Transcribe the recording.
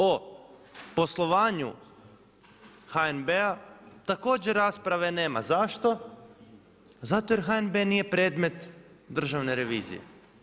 O poslovanju HNB također rasprave nema, zašto, zato jer HNB nije predmet Državne revizije.